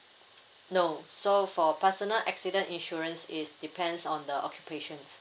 no so for personal accident insurance is depends on the occupations